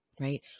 right